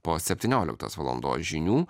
po septynioliktos valandos žinių